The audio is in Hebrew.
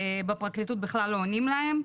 בפרקליטות בכלל לא עונים להם.